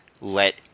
let